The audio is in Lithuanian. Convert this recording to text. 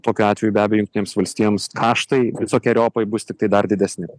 tokiu atveju be abejo jungtinėms valstijoms kaštai visokeriopai bus tiktai dar didesni